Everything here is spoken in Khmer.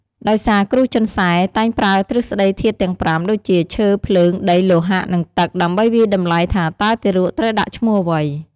ដោយសារគ្រូចិនសែ តែងប្រើទ្រឹស្ដីធាតុទាំងប្រាំ ដូចជា ឈើ ភ្លើង ដី លោហៈ និងទឹក ដើម្បីវាយតម្លៃថាតើទារកត្រូវដាក់ឈ្មោះអ្វី។